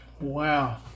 Wow